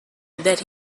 that